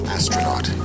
Astronaut